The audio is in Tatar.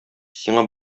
сиңа